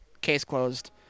case-closed